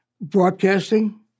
broadcasting